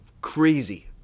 crazy